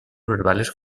verbales